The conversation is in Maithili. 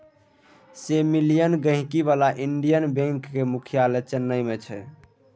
सय मिलियन गांहिकी बला इंडियन बैंक केर मुख्यालय चेन्नई मे छै